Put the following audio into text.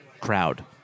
crowd